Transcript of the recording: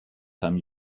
time